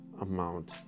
amount